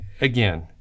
again